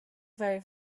very